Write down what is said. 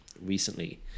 recently